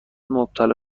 مبتلا